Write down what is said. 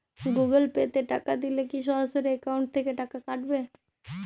Google Pay তে টাকা দিলে কি সরাসরি অ্যাকাউন্ট থেকে টাকা কাটাবে?